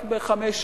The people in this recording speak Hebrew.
רק בחמש,